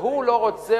והוא לא רוצה,